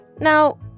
Now